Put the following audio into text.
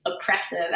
oppressive